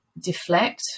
deflect